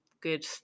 good